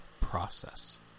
process